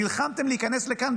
נלחמתם להיכנס לכאן,